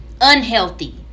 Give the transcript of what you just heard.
unhealthy